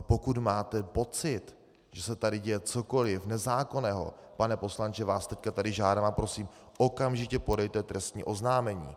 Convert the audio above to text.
Pokud máte pocit, že se tady děje cokoliv nezákonného, pane poslanče, vás teď tady žádám a prosím, okamžitě podejte trestní oznámení.